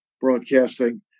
broadcasting